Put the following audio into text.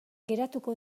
geratuko